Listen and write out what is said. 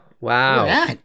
wow